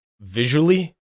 visually